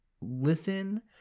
listen